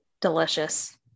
delicious